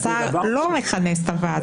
שהיא הוליכה אותי לפסק הדין הזה.